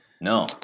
No